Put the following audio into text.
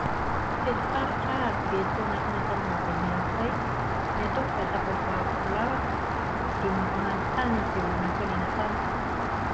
Mpitety faritra aho ary very tao anatina tanàna vahiny anakiray. Ny ataoko mba ahatafavoahako ny lalako dia ma- manontany an'izay olona nifanena tamiko.